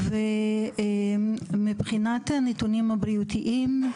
מבחינת הנתונים הבריאותיים,